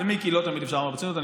למיקי לא תמיד אפשר לומר ברצינות.